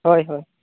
ᱦᱳᱭ ᱦᱳᱭ